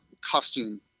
costume